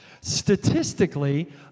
Statistically